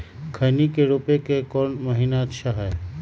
खैनी के रोप के कौन महीना अच्छा है?